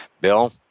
Bill